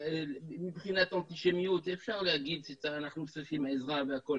מבחינת אנטישמיות אפשר להגיד שאנחנו צריכים עזרה והכול,